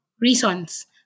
reasons